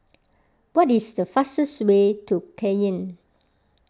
what is the fastest way to Cayenne